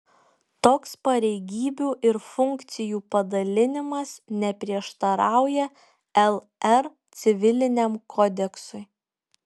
toks pareigybių ir funkcijų padalinimas neprieštarauja lr civiliniam kodeksui